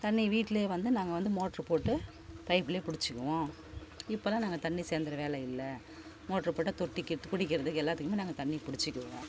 தண்ணியை வீட்டிலே வந்து நாங்கள் வந்து மோட்ரு போட்டு பைப்பிலே பிடிச்சிக்குவோம் இப்பெல்லாம் நாங்கள் தண்ணி சேர்ந்துற வேலை இல்லை மோட்ரு போட்டால் தொட்டிக்கு குடிக்கிறதுக்கு எல்லாத்துக்குமே நாங்கள் தண்ணி பிடிச்சிக்குவோம்